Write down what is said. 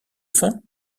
faim